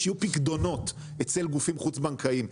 כדי שיהיו פיקדונות אצל גופים חוץ בנקאיים,